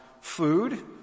food